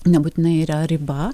nebūtinai yra riba